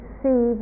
see